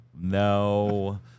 No